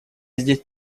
здесь